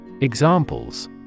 Examples